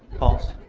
pulse,